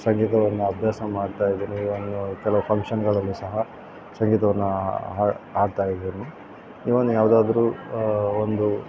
ಸಂಗೀತವನ್ನು ಅಭ್ಯಾಸ ಮಾಡ್ತಾಯಿದ್ದೀನಿ ಇವನ್ನು ಕೆಲವು ಫಂಕ್ಷನ್ಗಳಲ್ಲೂ ಸಹ ಸಂಗೀತವನ್ನು ಹಾಡ್ತಾಯಿದಿನಿ ಇವನ್ ಯಾವುದಾದ್ರು ಒಂದು